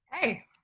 Hey